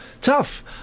Tough